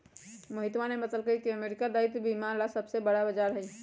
मोहितवा ने बतल कई की अमेरिका दायित्व बीमा ला सबसे बड़ा बाजार हई